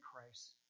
Christ